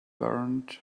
burned